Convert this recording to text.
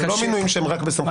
זה לא מינויים שהם רק בסמכות השר.